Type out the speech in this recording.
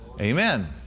Amen